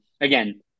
Again